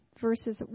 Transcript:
verses